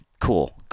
Cool